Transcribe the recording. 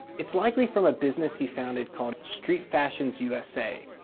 it's likely from a business he founded called street fashions usa.